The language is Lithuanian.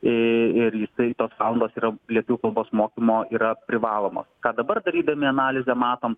į ir jisai tos valandos yra lietuvių kalbos mokymo yra privaloma ką dabar darydami analizę matom